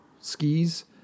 skis